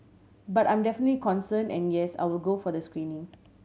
but I'm definite concern and yes I will go for the screening